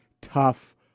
tough